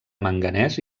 manganès